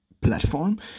platform